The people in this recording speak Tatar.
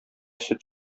сөт